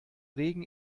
regen